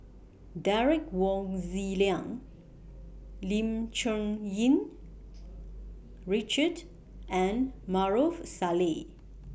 Derek Wong Zi Liang Lim Cherng Yih Richard and Maarof Salleh